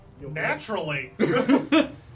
Naturally